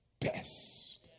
best